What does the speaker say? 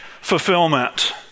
fulfillment